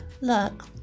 Look